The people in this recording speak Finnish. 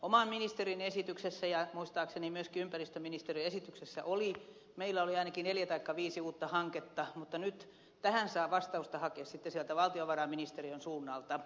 oman ministeriöni esityksessä ja muistaakseni myöskin ympäristöministeriön esityksessä meillä oli ainakin neljä taikka viisi uutta hanketta mutta nyt tähän saa vastausta hakea sitten valtiovarainministeriön suunnalta